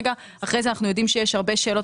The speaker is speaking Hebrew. אחרי זה אנחנו יודעים שיש הרבה שאלות